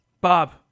Bob